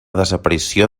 desaparició